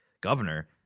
governor